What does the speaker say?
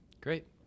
great